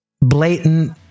blatant